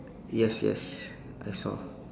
yes yes I saw